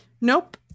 nope